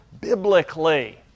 biblically